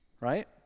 right